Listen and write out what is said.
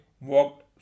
walked